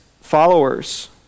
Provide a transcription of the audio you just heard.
followers